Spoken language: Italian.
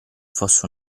fosse